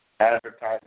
advertising